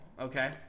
okay